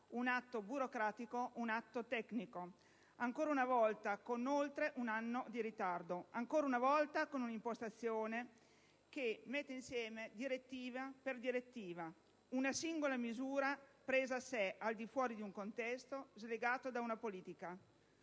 un atto burocratico, un atto tecnico. Ancora una volta, essa viene presentata con oltre un anno di ritardo; ancora una volta, essa presenta un'impostazione che mette insieme direttiva per direttiva; ogni singola misura è presa a sé, al di fuori di un contesto e slegata da una politica.